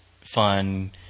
fun